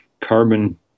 carbon